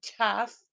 tough